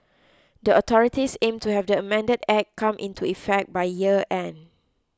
the authorities aim to have the amended Act come into effect by year end